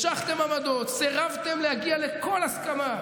סירבתם להגיע לכל הסכמה.